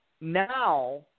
Now